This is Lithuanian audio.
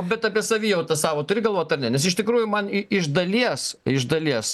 bet apie savijautą savo turi galvot ar ne nes iš tikrųjų man i iš dalies iš dalies